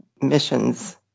missions